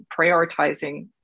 prioritizing